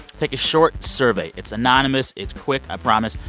take a short survey. it's anonymous. it's quick. i promise.